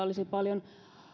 olisi paljon